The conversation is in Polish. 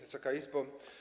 Wysoka Izbo!